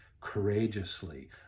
courageously